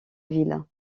ville